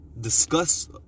discuss